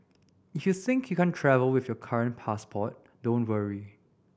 if you think you can't travel with your current passport don't worry